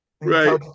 right